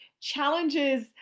challenges